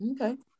Okay